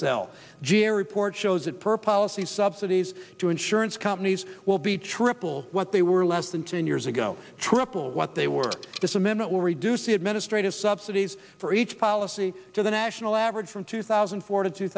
jerry port shows that per policy subsidies to insurance companies will be triple what they were less than ten years ago triple what they were just a minute we'll reduce the administrative subsidies for each policy to the national average from two thousand and four to two